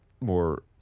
more